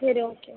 சரி ஓகே